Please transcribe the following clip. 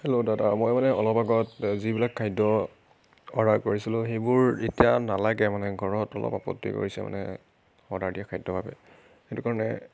hello দাদা মই মানে অলপ আগত যিবিলাক খাদ্য অৰ্ডাৰ কৰিছিলোঁ সেইবোৰ এতিয়া নালাগে মানে ঘৰত অলপ আপত্তি কৰিছে মানে অৰ্ডাৰ দিয়া খাদ্য বাবে সেইটো কাৰণে